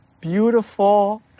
beautiful